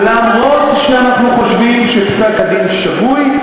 למרות שאנחנו חושבים שפסק-הדין שגוי.